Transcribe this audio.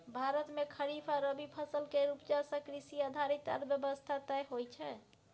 भारत मे खरीफ आ रबी फसल केर उपजा सँ कृषि आधारित अर्थव्यवस्था तय होइ छै